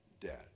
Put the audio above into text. dead